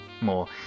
more